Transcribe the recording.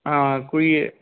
ਹਾਂ ਕੋਈ